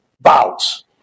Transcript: bouts